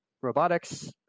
robotics